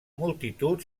multitud